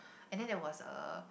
and then there was uh